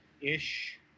ish